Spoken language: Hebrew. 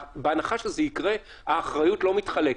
בהנחה שזה יקרה האחריות לא מתחלקת.